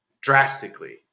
drastically